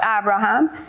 Abraham